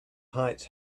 height